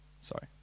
Sorry